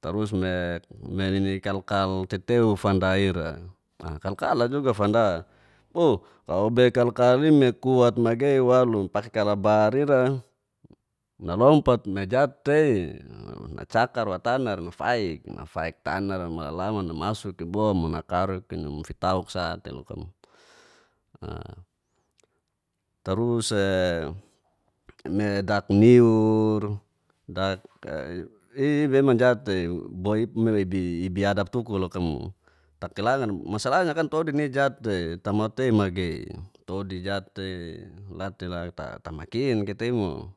taru me nini kal kal teteu fanda ira, kal kal'a juga fanda boh kau bei kalkal'i me kuat magei waluk paki karabar ita nalompat me jat'tei nacakar wo tanara nafai, nafaik tanara malalaman namasuk'i bo mo nakarat num fitauk sa'te loka mo taruse me dak niur ibiadap tuku loka mo takilangar maslanya todi nai'i jt'tei tamau tei magei todi jat'tei lttela tamakin kita imo.